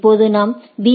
இப்போது நாம் பி